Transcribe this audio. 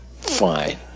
fine